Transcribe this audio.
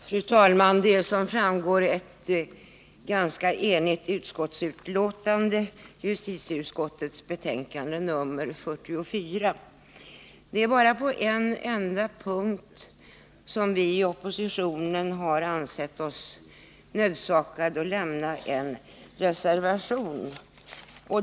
Fru talman! Det är ett ganska enigt utskott som står bakom betänkandet. Det är bara på en punkt som vi i oppositionen har sett oss nödsakade att avge en reservation.